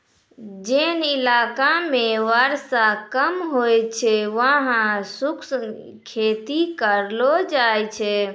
जोन इलाका मॅ वर्षा कम होय छै वहाँ शुष्क खेती करलो जाय छै